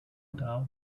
doubt